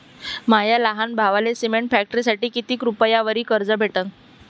माया लहान भावाले सिमेंट फॅक्टरीसाठी कितीक रुपयावरी कर्ज भेटनं?